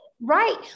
right